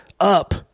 up